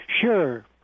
Sure